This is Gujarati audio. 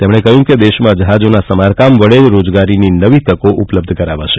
તેમણે કહ્યું કે દેશમાં જહાજોના સમારકામ વડે રોજગારની નવી તકો ઉપલબ્ધ કરાવાશે